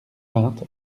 vingt